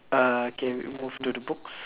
uh okay we move to the books